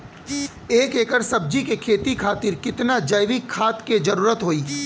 एक एकड़ सब्जी के खेती खातिर कितना जैविक खाद के जरूरत होई?